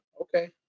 okay